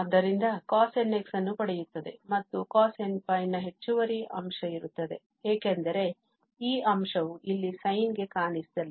ಆದ್ದರಿಂದ cosnx ಅನ್ನು ಪಡೆಯುತ್ತದೆ ಮತ್ತು cosnπ ನ ಹೆಚ್ಚುವರಿ ಅಂಶ ಇರುತ್ತದೆ ಏಕೆಂದರೆ ಆ ಅಂಶ ವು ಇಲ್ಲಿ sineಗೆ ಕಾಣಿಸಲಿಲ್ಲ